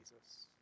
Jesus